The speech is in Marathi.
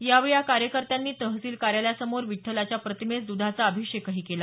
यावेळी या कार्यकर्त्यांनी तहसील कार्यालयासमोर विठ्ठलाच्या प्रतिमेस दुधाचा अभिषेकही केला